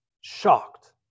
shocked